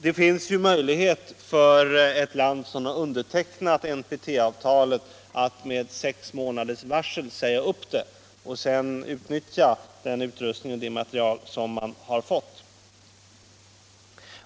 Det finns ju möjlighet för ett land som har undertecknat NPT-avtalet att med sex månaders varsel säga upp det och sedan utnyttja den utrustning och det material som man har fått.